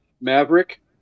Maverick